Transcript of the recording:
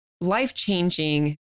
life-changing